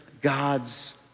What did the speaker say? God's